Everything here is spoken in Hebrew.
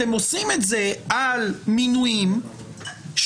אתם עושים את זה על מינויים שעוברים